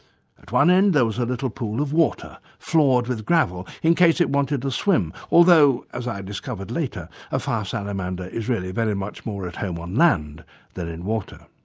at one end there was a little pool of water floored with gravel in case it wanted a swim, although, as i discovered later, a fire salamander is really very much more at home on land than in water.